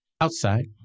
outside